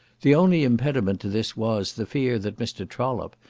the only impediment to this was, the fear that mr. trollope,